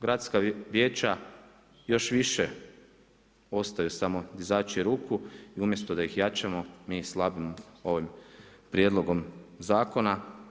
Gradska vijeća još više ostaju samo dizači ruku i umjesto da ih jačamo mi ih slabimo ovim prijedlogom zakona.